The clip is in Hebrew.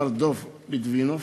מר דב ליטבינוף,